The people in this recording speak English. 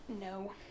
no